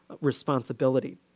responsibility